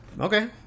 Okay